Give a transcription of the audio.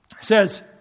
says